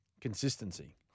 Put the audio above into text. consistency